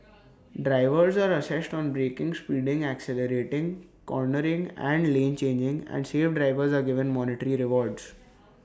drivers are assessed on braking speeding accelerating cornering and lane changing and safe drivers are given monetary rewards